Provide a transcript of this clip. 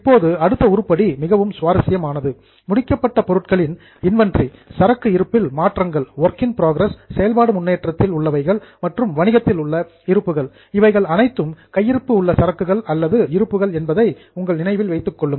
இப்போது அடுத்த உருப்படி மிகவும் சுவாரசியமானது முடிக்கப்பட்ட பொருட்களின் இன்வெண்டரி சரக்கு இருப்பில் மாற்றங்கள் ஒர்க் இன் புரோகிரஸ் செயல்பாடு முன்னேற்றத்தில் உள்ளவைகள் மற்றும் வணிகத்தில் உள்ள இருப்புகள் இவைகள் அனைத்தும் கையிருப்பு உள்ள சரக்குகள் அல்லது இருப்புகள் என்பதை உங்கள் நினைவில் வைத்துக்கொள்ளுங்கள்